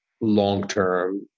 long-term